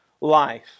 life